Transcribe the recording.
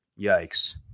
yikes